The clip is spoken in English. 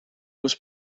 was